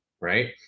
right